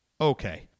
Okay